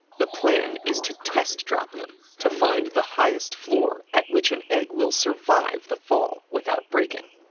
the plan is to test drop them to find the highest floor at which an egg will survive the fall without breaking.